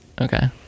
Okay